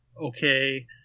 okay